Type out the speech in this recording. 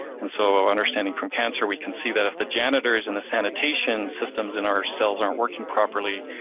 and so, our understanding from cancer, we can see that if the janitors and the sanitation systems in our cells aren't working properly,